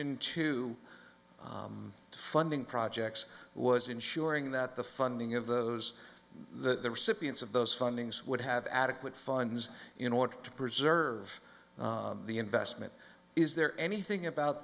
to funding projects was ensuring that the funding of those the recipients of those fundings would have adequate funds in order to preserve the investment is there anything about